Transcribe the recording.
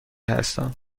هستم